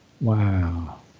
Wow